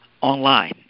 online